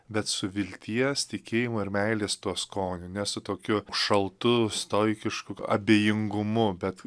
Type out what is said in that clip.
bet su vilties tikėjimo ir meilės tuo skoniu nes su tokiu šaltu stoikiškuk abejingumu bet